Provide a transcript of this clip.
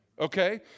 okay